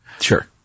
Sure